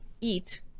eat